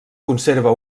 conserva